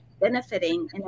benefiting